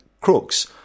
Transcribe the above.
crooks